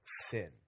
sin